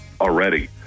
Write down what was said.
already